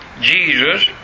Jesus